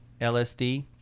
LSD